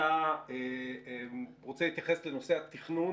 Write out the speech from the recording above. אתה רוצה להתייחס לנושא התכנון